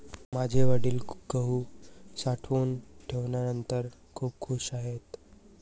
माझे वडील गहू साठवून ठेवल्यानंतर खूप खूश आहेत